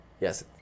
Yes